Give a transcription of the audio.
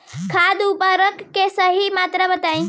खाद उर्वरक के सही मात्रा बताई?